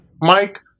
mike